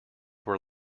were